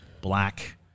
black